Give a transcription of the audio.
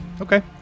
Okay